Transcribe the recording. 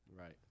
Right